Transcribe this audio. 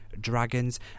dragons